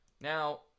Now